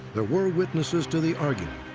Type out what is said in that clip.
there were witnesses to the argument.